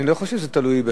אני לא חושב שזה תלוי בשר.